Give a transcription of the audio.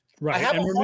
Right